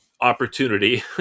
opportunity